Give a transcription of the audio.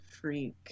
freak